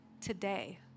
today